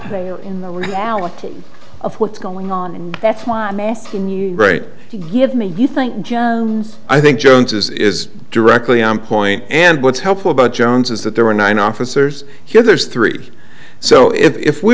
player in the reality of what's going on and that's why i'm asking you to give me you think jones i think jones's is directly on point and what's helpful about jones is that there are nine officers here there's three so if we we